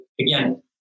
again